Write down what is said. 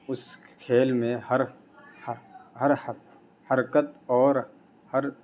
اس کھیل میں ہر ہر حرکت اور ہر